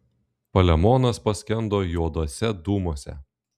palemonas paskendo juoduose dūmuose